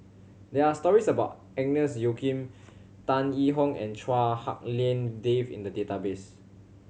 there are stories about Agnes Joaquim Tan Yee Hong and Chua Hak Lien Dave in the database